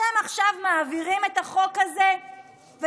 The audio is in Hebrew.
אתם עכשיו מעבירים את החוק הזה ונותנים